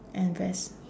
and ves